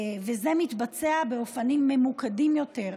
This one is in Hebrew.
וזה מתבצע באופנים ממוקדים יותר,